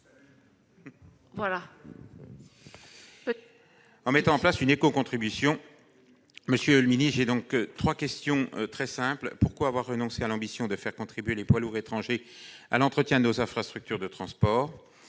en mettant en place une éco-contribution. Monsieur le secrétaire d'État, je vous poserai donc trois questions très simples. Pourquoi avoir renoncé à l'ambition de faire contribuer les poids lourds étrangers à l'entretien de nos infrastructures de transport ?